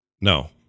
no